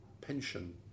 pension